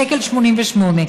1.88 שקלים,